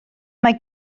mae